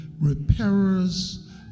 repairers